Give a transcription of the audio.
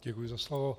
Děkuji za slovo.